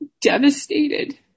devastated